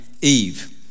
Eve